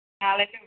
Hallelujah